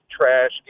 trash